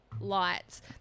lights